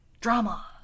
drama